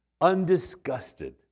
undisgusted